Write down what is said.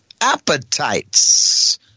appetites